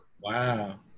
Wow